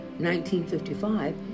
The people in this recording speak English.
1955